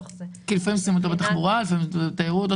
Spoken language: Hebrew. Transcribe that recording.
לפעמים שמים אותה בתחבורה, לפעמים היא בתיירות.